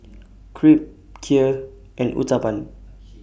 Crepe Kheer and Uthapam